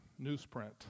newsprint